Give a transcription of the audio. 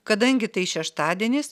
kadangi tai šeštadienis